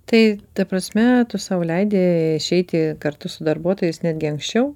tai ta prasme tu sau leidi išeiti kartu su darbuotojais netgi anksčiau